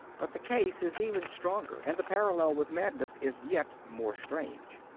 but the case is even stronger, and the parallel with madness is yet more strange.